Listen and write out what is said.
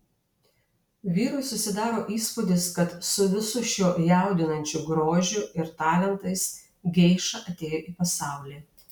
vyrui susidaro įspūdis kad su visu šiuo jaudinančiu grožiu ir talentais geiša atėjo į pasaulį